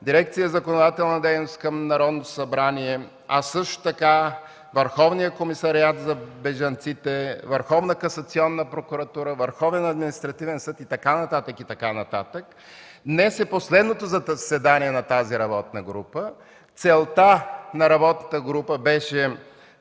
дирекция „Законодателна дейност” към Народното събрание, също така и от Върховния комисариат на ООН за бежанците, Върховна касационна прокуратура, Върховен административен съд и така нататък, и така нататък. Днес е последното заседание на тази работна група. Целта на работната група беше